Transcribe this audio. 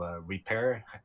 repair